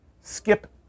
skip